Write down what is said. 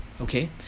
Okay